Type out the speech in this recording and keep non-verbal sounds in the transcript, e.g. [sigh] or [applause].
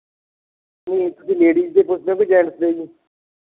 [unintelligible] ਤੁਸੀਂ ਲੇਡੀਜ਼ ਦੇ ਪੁੱਛਦੇ ਹੋ ਕਿ ਜੈਂਟਸ ਦੇ ਜੀ